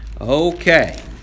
Okay